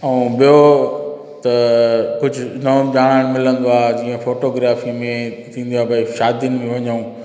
ऐं ॿियो त कुझु नओं ॼाणणु मिलंदो आहे जीअं फोटोग्राफी में थींदी आहे भई शादियुनि में वञूं